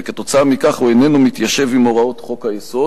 וכתוצאה מכך הוא איננו מתיישב עם הוראות חוק-היסוד,